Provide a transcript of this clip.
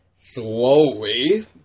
slowly